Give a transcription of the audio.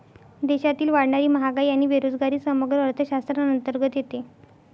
देशातील वाढणारी महागाई आणि बेरोजगारी समग्र अर्थशास्त्राअंतर्गत येते